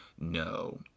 no